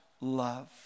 love